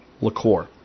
liqueur